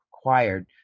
required